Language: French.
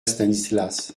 stanislas